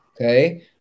Okay